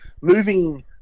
moving